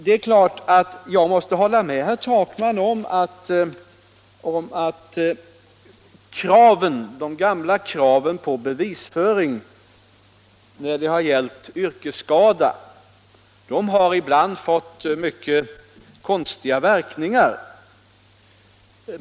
Det är klart att jag måste hålla med herr Takman om att de gamla kraven på bevisföring när det har gällt yrkesskada ibland har fått mycket konstiga verkningar.